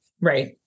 right